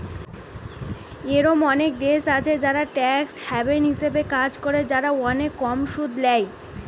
এরোম অনেক দেশ আছে যারা ট্যাক্স হ্যাভেন হিসাবে কাজ করে, যারা অনেক কম সুদ ল্যায়